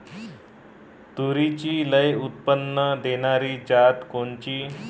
तूरीची लई उत्पन्न देणारी जात कोनची?